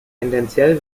tendenziell